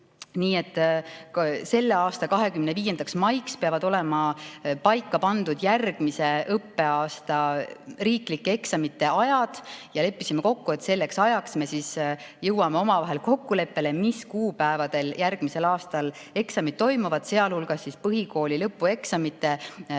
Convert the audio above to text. Nii et selle aasta 25. maiks peavad olema paika pandud järgmise õppeaasta riiklike eksamite ajad. Leppisime kokku, et selleks ajaks me jõuame omavahel kokkuleppele, mis kuupäevadel järgmisel aastal eksamid toimuvad, sealhulgas põhikooli lõpueksamite riiklik